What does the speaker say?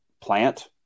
plant